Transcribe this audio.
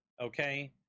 Okay